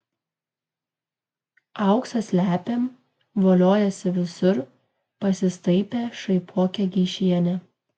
auksą slepiam voliojasi visur pasistaipė šaipokė geišienė